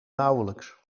nauwelijks